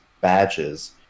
badges